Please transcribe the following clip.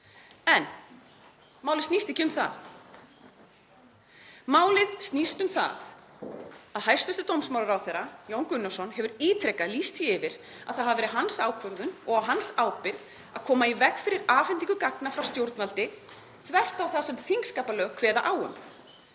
En málið snýst ekki um það. Málið snýst um það að hæstv. dómsmálaráðherra, Jón Gunnarsson, hefur ítrekað lýst því yfir að það hafi verið hans ákvörðun og á hans ábyrgð að koma í veg fyrir afhendingu gagna frá stjórnvaldi þvert á það sem þingskapalög kveða á um,